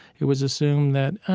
it was assumed that, oh,